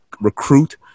recruit